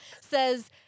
says